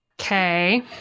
Okay